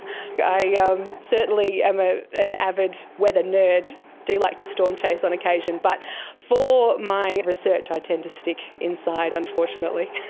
i yeah um certainly am ah an avid weather nerd, i do like to storm-chase on occasion. but for my research i tend to stick inside unfortunately.